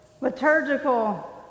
liturgical